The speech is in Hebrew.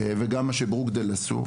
וגם לגבי מה ש-׳ברוקדייל׳ עשו.